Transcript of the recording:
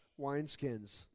wineskins